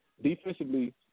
Defensively